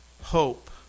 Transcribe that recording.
hope